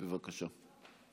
בבקשה.